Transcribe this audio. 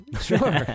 Sure